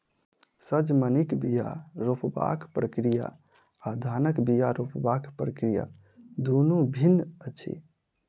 सजमनिक बीया रोपबाक प्रक्रिया आ धानक बीया रोपबाक प्रक्रिया दुनु भिन्न अछि